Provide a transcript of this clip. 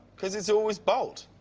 because it's always bought.